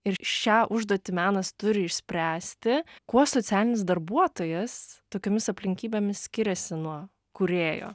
ir šią užduotį menas turi išspręsti kuo socialinis darbuotojas tokiomis aplinkybėmis skiriasi nuo kūrėjo